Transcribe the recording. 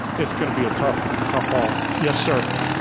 it's gonna be a tough, tough haul. yes sir,